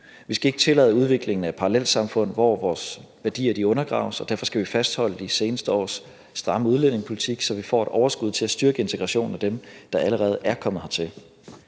Vi skal ikke tillade udviklingen af parallelsamfund, hvor vores værdier undergraves, og derfor skal vi fastholde de seneste års stramme udlændingepolitik, så vi får et overskud til at styrke integrationen af dem, der allerede er kommet hertil.